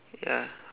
ya